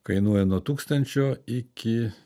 kainuoja nuo tūkstančio iki